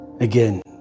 Again